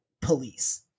police